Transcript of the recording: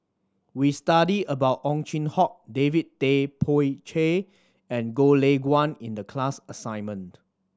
we studied about Ow Chin Hock David Tay Poey Cher and Goh Lay Kuan in the class assignment